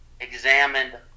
examined